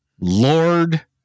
Lord